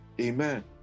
Amen